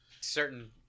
certain